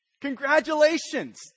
Congratulations